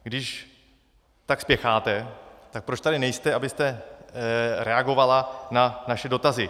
Když tak spěcháte, tak proč tady nejste, abyste reagovala na naše dotazy?